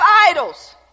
idols